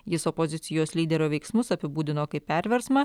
jis opozicijos lyderio veiksmus apibūdino kaip perversmą